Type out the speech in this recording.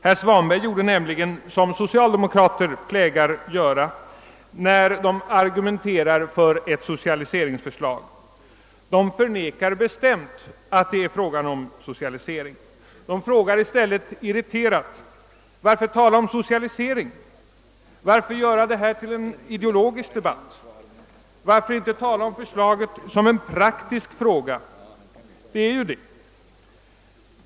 Herr Svanberg gjorde nämligen vad socialdemokrater plägar göra när de argumenterar för ett socialiseringsförslag: de förnekar bestämt att det är fråga om socialisering. De frågar i stället irriterat: Varför tala om socialisering? Varför göra detta till en ideologisk debatt? Varför inte tala om förslaget sor en praktisk fråga — det är ju vad det är?